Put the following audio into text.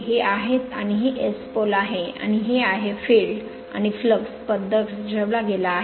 हे आहेत आणि हे S pole आहे आणि हे आहे फील्ड आणि फ्लक्स पथ दर्शविला गेला आहे